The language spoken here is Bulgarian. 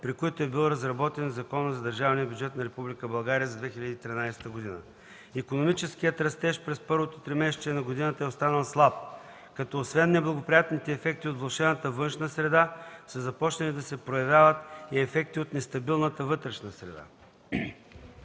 при които е бил разработен Законът за държавния бюджет на Република България за 2013 г. Икономическият растеж през първото тримесечие на годината е останал слаб, като освен неблагоприятните ефекти от влошената външна среда са започнали да се проявяват и ефекти от нестабилната вътрешна среда.